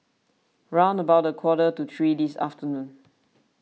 round about quarter to three this afternoon